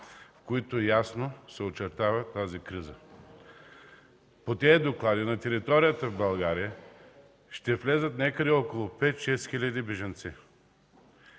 които ясно се очертава тази криза. По тези доклади на територията в България ще влязат някъде около 5-6 хил. бежанци.